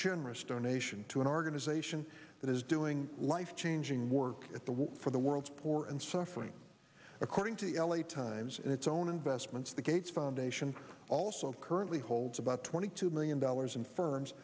generous donation to an organization that is doing life changing work at the war for the world's poor and suffering according to the l a times in its own investments gates foundation also currently holds about twenty two million dollars in f